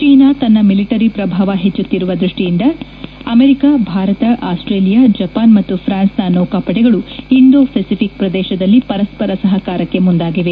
China ತನ್ನ military ಪ್ರಭಾವ ಹೆಚ್ಚಿಸಿತ್ತಿರುವ ದೃಷ್ಟಿಯಿಂದ ಅಮೆರಿಕಾ ಭಾರತ ಆಸ್ಟೇಲಿಯ ಜಪಾನ್ ಮತ್ತು ಫ್ರಾನ್ಸ್ನ ನೌಕಾಪಡೆಗಳು ಇಂಡೋ ಫೆಸಿಫಿಕ್ ಪ್ರದೇಶದಲ್ಲಿ ಪರಸ್ವರ ಸಹಕಾರಕ್ಕೆ ಮುಂದಾಗಿವೆ